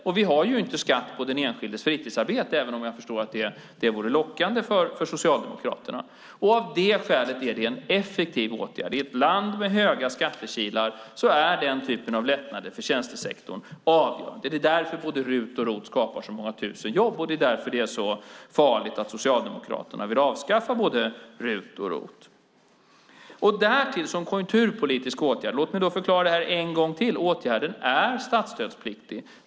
Och vi har ju inte skatt på den enskildes fritidsarbete, även om jag förstår att det vore lockande för Socialdemokraterna. Av det skälet är det en effektiv åtgärd. I ett land med höga skattekilar är den typen av lättnader för tjänstesektorn avgörande. Det är därför både RUT och ROT skapar så många tusen jobb och det är därför det är så farligt att Socialdemokraterna vill avskaffa både RUT och ROT. Låt mig förklara detta en gång till: Därtill är denna åtgärd som konjunkturpolitisk åtgärd statsstödspliktig.